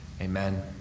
Amen